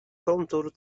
kontur